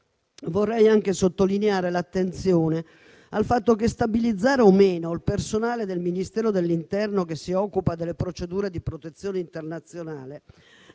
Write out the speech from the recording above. vorrei anche rivolgere l'attenzione al fatto che stabilizzare o meno il personale del Ministero dell'interno che si occupa delle procedure di protezione internazionale